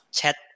chat